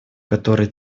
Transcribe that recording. который